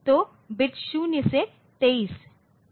तो बिट 0 से 23